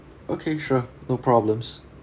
okay sure no problems